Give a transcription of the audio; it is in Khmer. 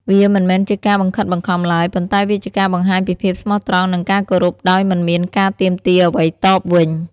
វាមិនមែនជាការបង្ខិតបង្ខំឡើយ ប៉ុន្តែវាជាការបង្ហាញពីភាពស្មោះត្រង់និងការគោរពដោយមិនមានការទាមទារអ្វីតបវិញ។